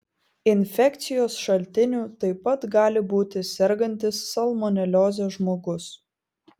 infekcijos šaltiniu taip pat gali būti sergantis salmonelioze žmogus